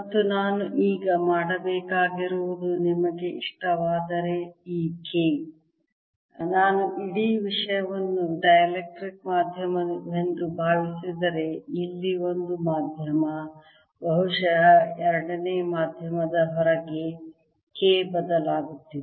ಮತ್ತು ನಾನು ಈಗ ಮಾಡಬೇಕಾಗಿರುವುದು ನಿಮಗೆ ಇಷ್ಟವಾದರೆ ಈ K ನಾನು ಇಡೀ ವಿಷಯವನ್ನು ಡೈಎಲೆಕ್ಟ್ರಿಕ್ ಮಾಧ್ಯಮವೆಂದು ಭಾವಿಸಿದರೆ ಇಲ್ಲಿ ಒಂದು ಮಾಧ್ಯಮ ಬಹುಶಃ ಎರಡನೇ ಮಾಧ್ಯಮದ ಹೊರಗೆ K ಬದಲಾಗುತ್ತಿದೆ